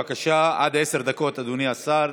בבקשה, עד עשר דקות, אדוני השר.